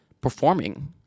performing